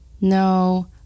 No